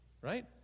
right